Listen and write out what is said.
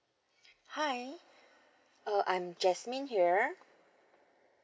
hi uh I'm jasmine here